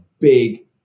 big